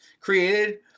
created